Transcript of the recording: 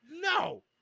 no